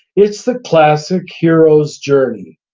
it's the classic hero's journey,